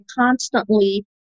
constantly